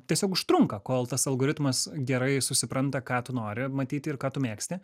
tiesiog užtrunka kol tas algoritmas gerai susipranta ką tu nori matyti ir ką tu mėgsti